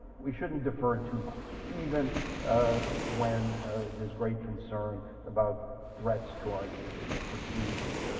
we shouldn't defer too much even when there's great concern about threats to our nation or perceived